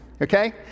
Okay